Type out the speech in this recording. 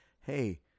Hey